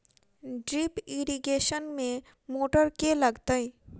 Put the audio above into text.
Drip irrigation मे motor केँ लागतै?